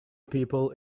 people